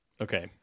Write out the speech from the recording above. Okay